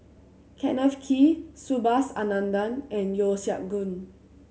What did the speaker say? Kenneth Kee Subhas Anandan and Yeo Siak Goon